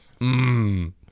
Mmm